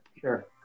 Sure